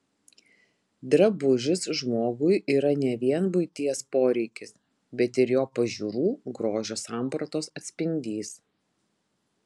drabužis žmogui yra ne vien buities poreikis bet ir jo pažiūrų grožio sampratos atspindys